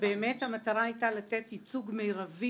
כשבאמת המטרה הייתה לתת ייצוג מרבי